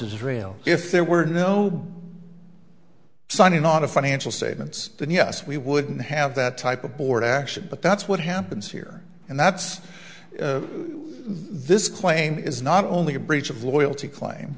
israel if there were no sunny a lot of financial statements and yes we wouldn't have that type of board action but that's what happens here and that's this claim is not only a breach of loyalty claim